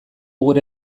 gure